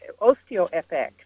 osteo-FX